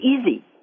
easy